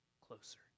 closer